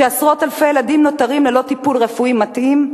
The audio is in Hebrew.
שבה עשרות אלפי ילדים נותרים ללא טיפול רפואי מתאים?